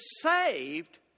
saved